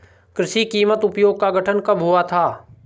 कृषि कीमत आयोग का गठन कब हुआ था?